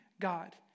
God